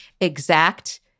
exact